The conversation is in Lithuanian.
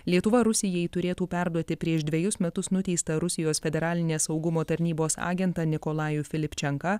lietuva rusijai turėtų perduoti prieš dvejus metus nuteistą rusijos federalinės saugumo tarnybos agentą nikolajų filipčenką